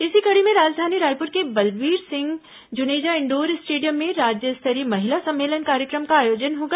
इसी कड़ी में राजधानी रायपुर के बलवीर सिंह जुनेजा इंडोर स्टेडियम में राज्य स्तरीय महिला सम्मेलन कार्यक्रम का आयोजन होगा